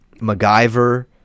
MacGyver